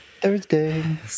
Thursday